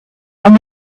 and